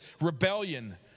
rebellion